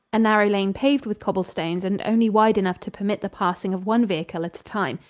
a narrow lane paved with cobblestones and only wide enough to permit the passing of one vehicle at a time.